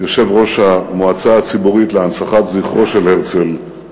יושב-ראש המועצה הציבורית להנצחת זכרו של הרצל,